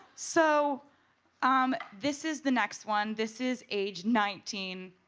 so um this is the next one. this is age nineteen.